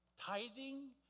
tithing